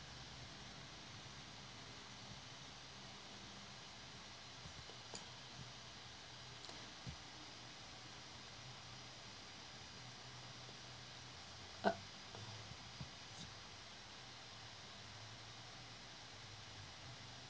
uh